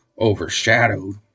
overshadowed